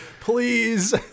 Please